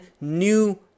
new